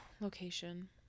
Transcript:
location